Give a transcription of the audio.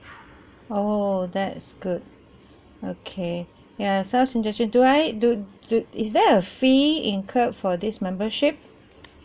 oh that's good okay ya so what should I do do I do do is there a fee incurred for this membership